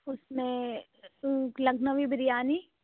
اس میں لکھنوی بریانی